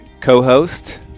co-host